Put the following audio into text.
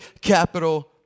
capital